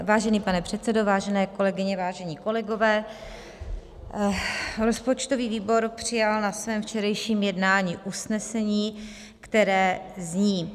Vážený pane předsedo, vážené kolegyně, vážení kolegové, rozpočtový výbor přijal na svém včerejším jednání usnesení, které zní: